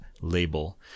label